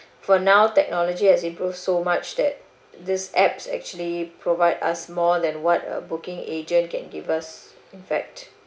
for now technology has improved so much that these apps actually provide us more than what a booking agent can give us in fact